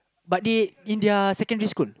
but they in their secondary school